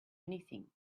anything